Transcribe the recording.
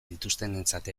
dituztenentzat